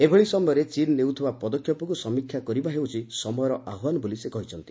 ଏଭଳି ସମୟରେ ଚୀନ୍ ନେଉଥିବା ପଦକ୍ଷେପକୁ ସମୀକ୍ଷା କରିବା ହେଉଛି ସମୟର ଆହ୍ପାନ ବୋଲି ସେ କହିଛନ୍ତି